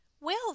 Well